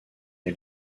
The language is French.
est